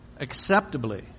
acceptably